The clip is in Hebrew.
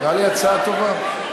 נראה לי הצעה טובה.